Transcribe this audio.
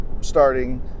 starting